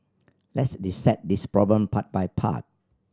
let's dissect this problem part by part